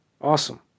Awesome